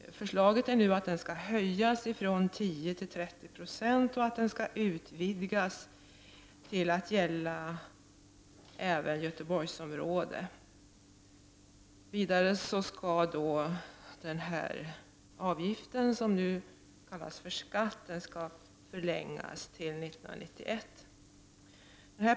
Förslaget är nu att den skall höjas från 10 till 30 26 och att den skall utvidgas till att gälla även Göteborgsområdet. Vidare skall då avgiften, som nu kallas för skatt, förlängas till 1991.